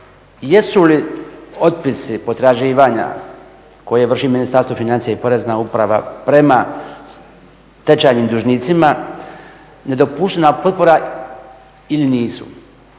jesu li otpisi i potraživanja koje vrši Ministarstvo financija i Porezna uprava prema stečajnim dužnicima nedopuštena potpora ili nisu.